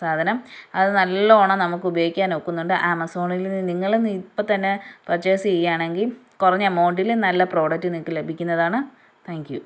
സാധനം അത് നല്ല വണ്ണം നമുക്ക് ഉപയോഗിക്കാൻ ഒക്കുന്നുണ്ട് ആമസോണിൽ നിന്നു നിങ്ങൾ ഇപ്പം തന്നെ പർച്ചേസ് ചെയ്യുകയാണെങ്കിൽ കുറഞ്ഞെമൗണ്ടിൽ നല്ല പ്രോഡക്റ്റ് നിങ്ങൾക്ക് ലഭിക്കുന്നതാണ് താങ്ക് യൂ